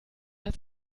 hat